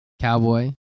cowboy